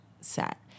set